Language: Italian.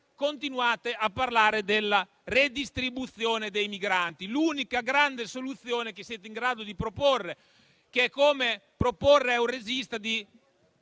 continuare a parlare della redistribuzione dei migranti. È l'unica grande soluzione che siete in grado di proporre, che è come proporre a un regista di